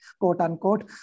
quote-unquote